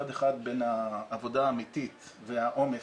מצד אחד בין העבודה האמיתית והעומס,